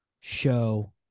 show